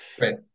Right